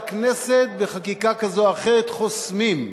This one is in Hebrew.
כחברי הכנסת, בחקיקה כזו או אחרת, חוסמים,